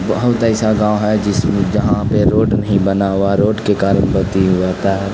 بہت ایسا گاؤں ہے جس میں جہاں پہ روڈ نہیں بنا ہوا روڈ کے کارن بہت ای ہو جاتا ہے